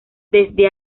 desde